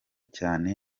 cyane